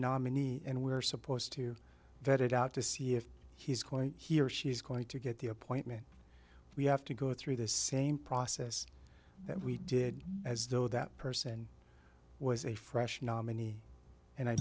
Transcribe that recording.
nominee and we're supposed to that it out to see if he's going he or she is going to get the appointment we have to go through the same process that we did as though that person was a fresh nominee and i